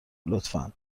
لطفا